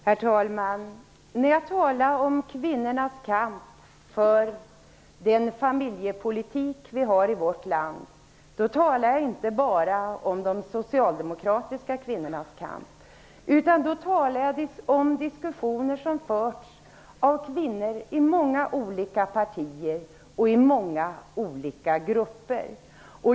Herr talman! När jag talar om kvinnornas kamp för den familjepolitik vi har i vårt land talar jag inte bara om de socialdemokratiska kvinnornas kamp. Då talar jag om diskussioner som förts av kvinnor i många olika partier och i många olika grupper.